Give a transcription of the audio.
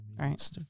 Right